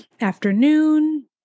afternoon